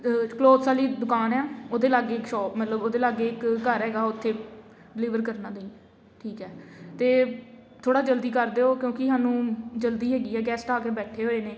clothes ਵਾਲੀ ਦੁਕਾਨ ਹੈ ਉਹਦੇ ਲਾਗੇ ਇੱਕ ਸ਼ੋ ਮਤਲਬ ਉਹਦੇ ਲਾਗੇ ਇੱਕ ਘਰ ਹੈਗਾ ਉੱਥੇ ਡਿਲੀਵਰ ਕਰਨਾ ਤੁਸੀਂ ਠੀਕ ਹੈ ਅਤੇ ਥੋੜ੍ਹਾ ਜਲਦੀ ਕਰ ਦਿਓ ਕਿਉਂਕਿ ਸਾਨੂੰ ਜਲਦੀ ਹੈਗੀ ਆ ਗੈਸਟ ਆ ਕੇ ਬੈਠੇ ਹੋਏ ਨੇ